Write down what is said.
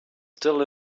still